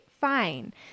fine